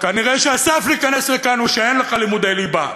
כנראה שהסף להיכנס לכאן הוא שאין לך לימודי ליבה.